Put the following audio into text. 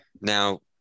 Now